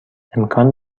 امکان